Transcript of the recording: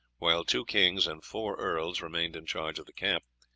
while two kings and four earls remained in charge of the camp,